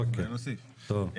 טוב.